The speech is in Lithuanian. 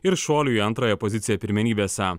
ir šuolio į antrąją poziciją pirmenybėse